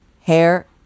hair